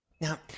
Now